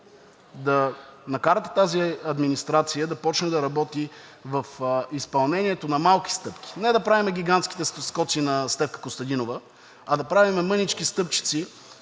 да накарате тази администрация да започне да работи в изпълнението на малки стъпки. Не да правим гигантските скоци на Стефка Костадинова, а да правим мънички стъпчици